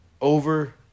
over